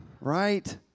Right